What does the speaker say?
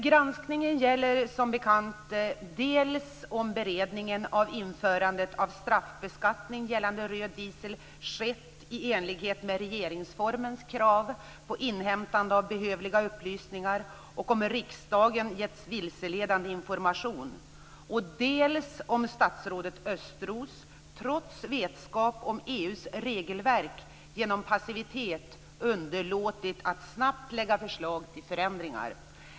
Granskningen gäller som bekant dels om beredningen vid införandet av straffbeskattning gällande röd diesel skett i enlighet med regeringsformens krav på inhämtande av behövliga upplysningar, dels om riksdagen getts vilseledande information, dels om statsrådet Thomas Östros, trots kännedom om EU:s regelverk, genom passivitet underlåtit att snabbt lägga fram förslag till förändringar.